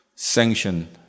sanction